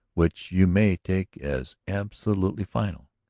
which you may take as absolutely final,